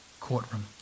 courtroom